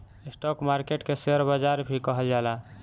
stock market के share बाजार भी कहल जाला